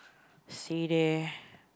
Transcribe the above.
stay there